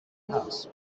house